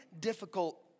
difficult